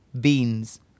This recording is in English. beans